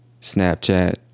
Snapchat